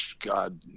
God